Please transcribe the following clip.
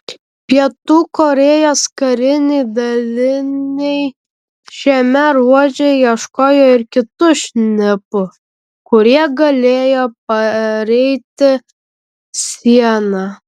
pietų korėjos kariniai daliniai šiame ruože ieškojo ir kitų šnipų kurie galėjo pereiti sieną